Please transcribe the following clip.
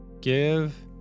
Give